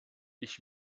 ich